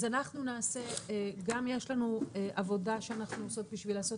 אז גם יש לנו עבודה שאנחנו עושות בשביל לעשות